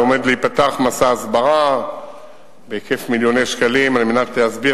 עומד להיפתח מסע הסברה בהיקף של מיליוני שקלים על מנת להסביר